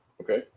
Okay